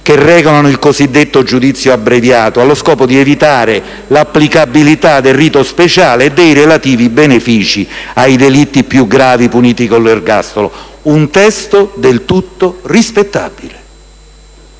che regolano il cosiddetto giudizio abbreviato, allo scopo di evitare l'applicabilità del rito speciale e dei relativi benefici ai delitti più gravi puniti con l'ergastolo: un testo del tutto rispettabile.